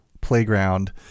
playground